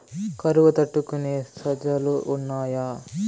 కరువు తట్టుకునే సజ్జలు ఉన్నాయా